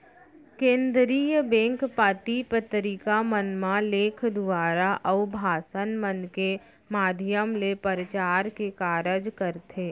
केनदरी bank पाती पतरिका मन म लेख दुवारा, अउ भासन मन के माधियम ले परचार के कारज करथे